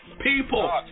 people